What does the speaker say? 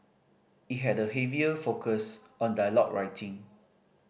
it had a heavier focus on dialogue writing